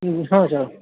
हूँ हँ सर